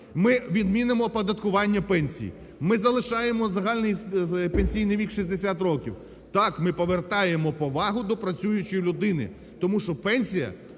ми відмінимо оподаткування пенсій, ми залишаємо загальний пенсійний вік 60 років, так ми повертаємо повагу до працюючої людини. Тому що пенсія